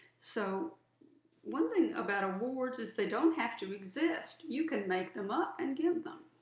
so one thing about awards is they don't have to exist, you can make them up and give them.